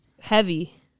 Heavy